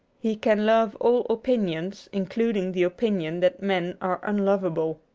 he can love all opinions, including the opinion that men are unlovable.